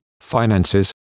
finances